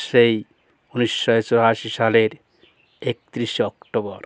সেই উনিশশো চুরাশি সালের একতিরিশে অক্টোবর